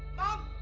mom!